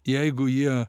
jeigu jie